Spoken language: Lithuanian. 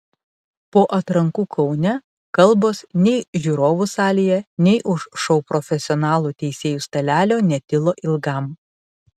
po atrankų kaune kalbos nei žiūrovų salėje nei už šou profesionalų teisėjų stalelio netilo ilgam